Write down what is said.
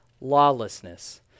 lawlessness